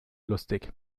lustig